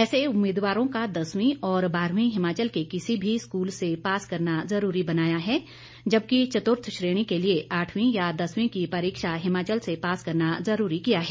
ऐसे उम्मीदवारों का दसवीं और बाहरवीं हिमाचल के किसी भी स्कूल से पास करना जरूरी बनाया है जबकि चतुर्थ श्रेणी के लिए आठवीं या दसवीं की परीक्षा हिमाचल से पास करना जरूरी किया है